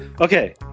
Okay